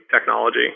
technology